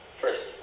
first